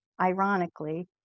ironically